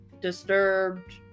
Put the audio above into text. disturbed